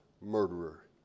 murderer